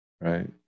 right